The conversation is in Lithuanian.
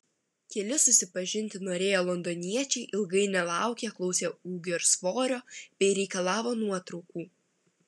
keli susipažinti norėję londoniečiai ilgai nelaukę klausė ūgio ir svorio bei reikalavo nuotraukų